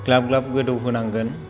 ग्लाब ग्लाब गोदौहोनांगोन